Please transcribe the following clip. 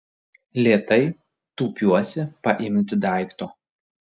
lėtai tūpiuosi paimti daikto